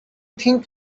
think